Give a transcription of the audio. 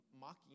mocking